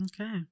Okay